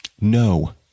no